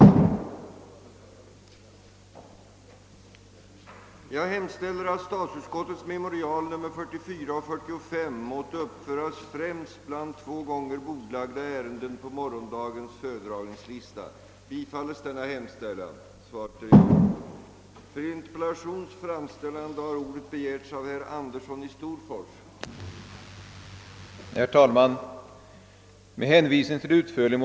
Vägfrågor behandlades så sent som den 11 april i riksdagen. Därvid hade riksdagen att ta ställning till en motion med krav på snabbare utbyggnad av en viss del av europaväg 6 till motorväg. Statsutskottet skriver i anslutning härtill i sitt utlåtande nr 6, att planering och projektering genom vägverkets försorg sedan länge pågår angående utbyggnad av ifrågavarande sträcka.